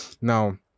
now